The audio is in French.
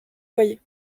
foyer